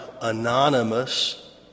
anonymous